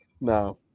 No